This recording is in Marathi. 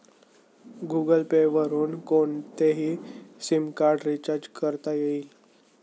गुगलपे वरुन कोणतेही सिमकार्ड रिचार्ज करता येईल